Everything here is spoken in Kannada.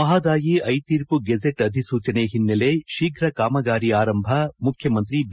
ಮಹದಾಯಿ ಐತೀರ್ಮ ಗೆಜೆಟ್ ಅಧಿಸೂಚನೆ ಹಿನ್ನೆಲೆ ಶೀಘ್ ಕಾಮಗಾರಿ ಆರಂಭ ಮುಖ್ಯಮಂತ್ರಿ ಬಿ